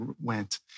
went